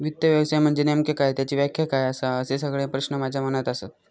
वित्त व्यवसाय म्हनजे नेमका काय? त्याची व्याख्या काय आसा? असे सगळे प्रश्न माझ्या मनात आसत